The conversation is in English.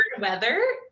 weather